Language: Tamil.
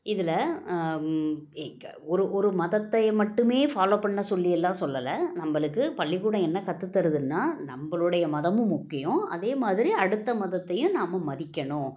இதில் ஒரு ஒரு மதத்தை மட்டுமே ஃபாலோ பண்ணச் சொல்லி எல்லாம் சொல்லல நம்மளுக்கு பள்ளிக்கூடம் என்ன கற்றுத் தருதுன்னா நம்பளுடைய மதமும் முக்கியம் அதே மாதிரி அடுத்த மதத்தையும் நாம மதிக்கணும்